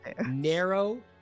narrow